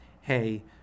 hey